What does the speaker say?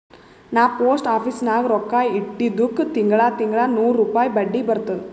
ನಾ post office ನಾಗ್ ರೊಕ್ಕಾ ಇಟ್ಟಿದುಕ್ ತಿಂಗಳಾ ತಿಂಗಳಾ ನೂರ್ ರುಪಾಯಿ ಬಡ್ಡಿ ಬರ್ತುದ್